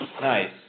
Nice